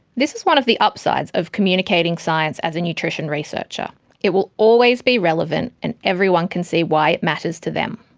this is one of the upsides of communicating science as a nutrition researcher it will always be relevant, and everyone can see why it matters to them.